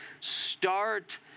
start